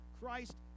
Christ